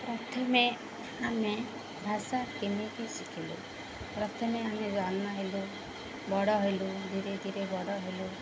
ପ୍ରଥମେ ଆମେ ଭାଷା କେମିତି ଶିଖିଲୁ ପ୍ରଥମେ ଆମେ ଜନ୍ମ ହେଲୁ ବଡ଼ ହେଲୁ ଧୀରେ ଧୀରେ ବଡ଼ ହେଲୁ